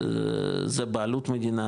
זה בעלות מדינה,